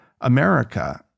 America